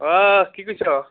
অঁ কি কৰিছ